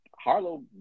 Harlow